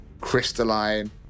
crystalline